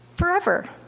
forever